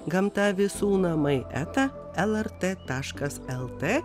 gamta visų namai eta lrt taškas lt